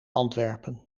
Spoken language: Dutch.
antwerpen